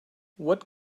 what